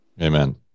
Amen